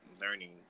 learning